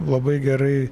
labai gerai